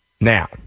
Now